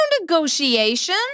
negotiation